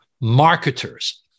marketers